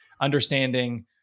understanding